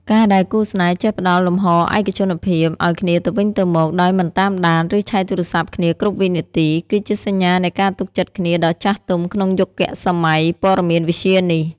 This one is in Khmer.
ការដែលគូស្នេហ៍ចេះផ្ដល់ «លំហឯកជនភាព» ឱ្យគ្នាទៅវិញទៅមកដោយមិនតាមដាន ឬឆែកទូរស័ព្ទគ្នាគ្រប់វិនាទី គឺជាសញ្ញានៃការទុកចិត្តគ្នាដ៏ចាស់ទុំក្នុងយុគសម័យព័ត៌មានវិទ្យានេះ។